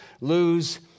lose